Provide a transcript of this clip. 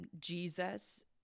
Jesus